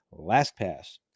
LastPass